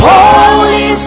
Holy